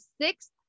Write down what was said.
sixth